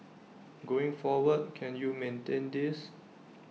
going forward can you maintain this